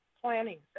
planning